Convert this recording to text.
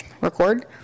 record